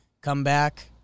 comeback